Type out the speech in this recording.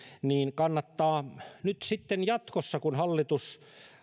niin kannattaa nyt sitten jatkossa muistaa kun hallitus